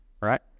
Right